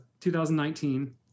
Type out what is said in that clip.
2019